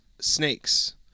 snakes